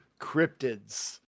cryptids